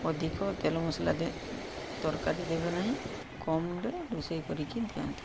ଅଧିକ ତେଲ ମସଲା ତରକାରୀ ଦେବେ ନାହିଁ କମ୍ରେ ରୋଷେଇ କରିକି ଦିଅନ୍ତୁ